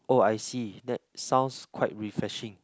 oh I see that sounds quite refreshing